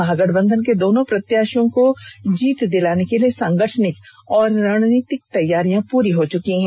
महागठबंधन के दोनों प्रत्याषियों को जीत दिलाने के लिए सांगठनिक एवं रणनीतिक तैयारियां पूरी हो चुकी हैं